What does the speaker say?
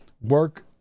work